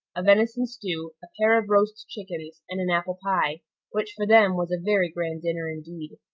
a venison stew, a pair of roast chickens, and an apple pie which, for them, was a very grand dinner indeed.